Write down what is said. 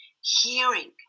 Hearing